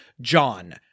John